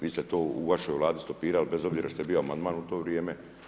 Vi ste to u vašoj Vladi stopirali bez obzira što je bio amandman u to vrijeme.